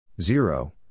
zero